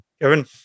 Kevin